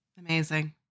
Amazing